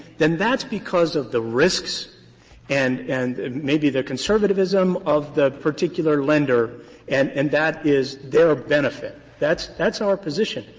then that's because of the risks and and maybe the conservatism of the particular lender and and that is their benefit. that's that's our position.